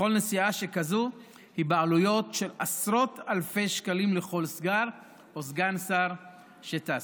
וכל נסיעה שכזאת היא בעלויות של עשרות אלפי שקלים לכל שר או סגן שר שטס.